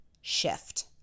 shift